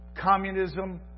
communism